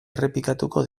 errepikatuko